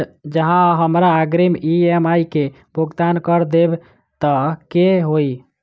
जँ हमरा अग्रिम ई.एम.आई केँ भुगतान करऽ देब तऽ कऽ होइ?